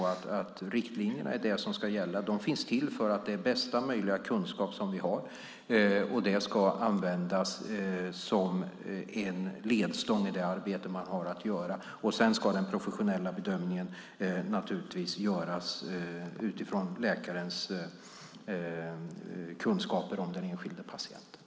Riktlinjerna ska absolut gälla. De finns till för att de utgör bästa möjliga kunskap som finns. De ska användas som en ledstång i arbetet. Sedan ska den professionella bedömningen göras utifrån läkarens kunskaper om den enskilda patienten.